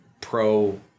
pro